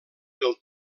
del